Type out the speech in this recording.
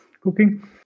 cooking